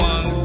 One